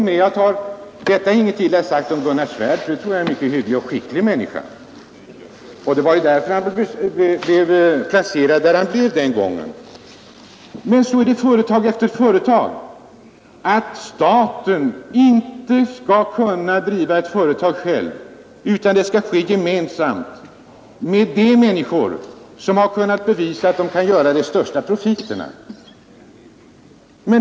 Med detta intet ont sagt om Gunnar Svärd, säkerligen en hygglig och skicklig människa. Så är det i företag efter företag — att staten inte skall kunna driva företaget själv utan att det skall ske gemensamt med de människor som har kunnat bevisa att de kan göra de största profiterna.